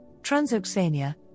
Transoxania